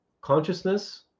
consciousness